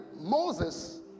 Moses